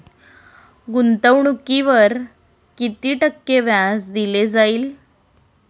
गुंतवणुकीवर किती टक्के व्याज दिले जाईल?